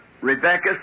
Rebecca